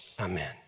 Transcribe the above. amen